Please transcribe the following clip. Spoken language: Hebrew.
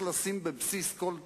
כשהיה צריך להעביר תקציב,